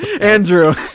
Andrew